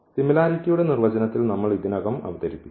സിമിലാരിറ്റിയുടെ നിർവചനത്തിൽ നമ്മൾ ഇതിനകം അവതരിപ്പിച്ചു